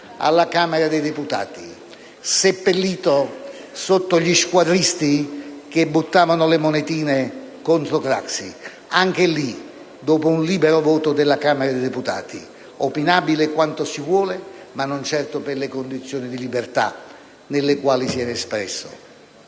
alla Camera dei deputati, seppellito sotto gli squadristi che buttavano le monetine contro Craxi, anche in quel caso dopo un libero voto della Camera dei deputati, opinabile quanto si vuole, ma non certo per le condizioni di libertà nelle quali era stato espresso.